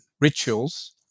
rituals